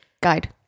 Guide